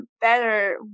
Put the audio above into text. better